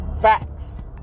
facts